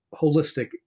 holistic